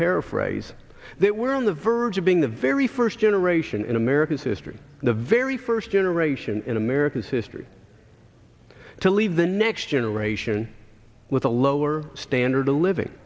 paraphrase that we're on the verge of being the very first generation in american history the very first generation in american history to leave the next generation with a lower standard of living